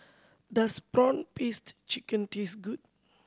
does prawn paste chicken taste good